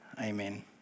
amen